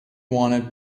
want